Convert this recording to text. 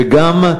וגם,